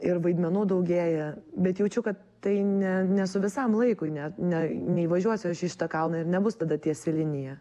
ir vaidmenų daugėja bet jaučiu kad tai ne ne su visam laikui ne ne neįvažiuosiu į šitą kalną ir nebus tada tiesi linija